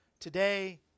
Today